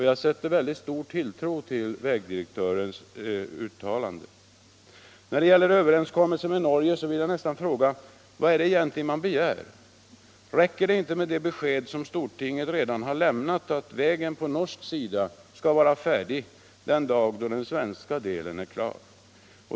Jag sätter stor tilltro till vägdirektörens uttalande. När det gäller överenskommelsen med Norge vill jag fråga vad det egentligen är man begär. Räcker det inte med det besked som stortinget redan har lämnat, att vägen på norsk sida skall vara färdig då den svenska delen är klar?